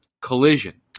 collision